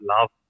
love